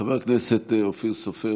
חבר הכנסת אופיר סופר,